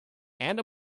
and